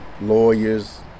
lawyers